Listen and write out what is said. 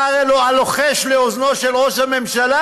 אתה הרי הלוחש לאוזנו של ראש הממשלה.